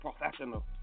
professional